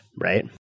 right